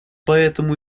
поэтому